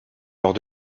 lors